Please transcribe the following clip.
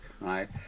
right